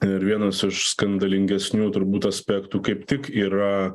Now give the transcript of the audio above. ir vienas iš skandalingesnių turbūt aspektų kaip tik yra